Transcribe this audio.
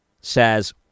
says